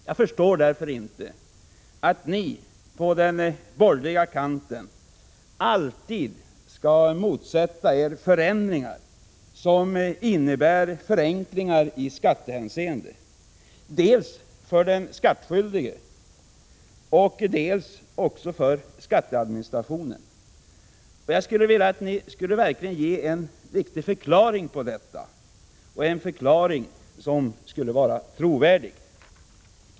Jag förstår därför inte att ni på den borgerliga kanten alltid motsätter er förändringar som innebär förenklingar i skattehänseende, dels för den skattskyldige, dels också för skatteadministrationen. Kan ni ge en trovärdig förklaring på detta?